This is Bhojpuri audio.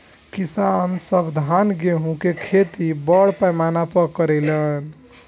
किसान सब धान गेहूं के खेती बड़ पैमाना पर करे लेन